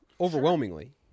Overwhelmingly